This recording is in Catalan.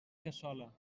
cassola